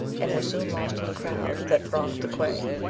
and were soon lost in the crowd that thronged the quay.